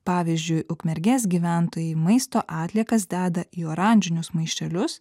pavyzdžiui ukmergės gyventojai maisto atliekas deda į oranžinius maišelius